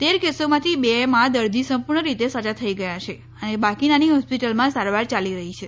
તેર કેસોમાંથી બે માં દર્દી સંપુર્ણ રીતે સાજા થઇ ગયા છે અને બાકીનાની હોસ્પિટલમાં સારવાર યાલી રહી છે